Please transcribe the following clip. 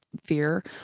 fear